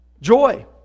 Joy